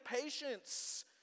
patience